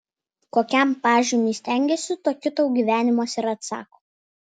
kokiam pažymiui stengiesi tokiu tau gyvenimas ir atsako